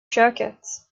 köket